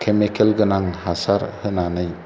chemical गोनां हासार होनानै